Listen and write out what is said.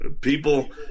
People